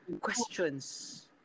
questions